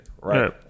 right